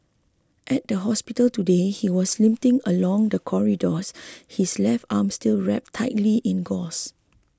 at the hospital today he was limping along the corridors his left arm still wrapped tightly in gauze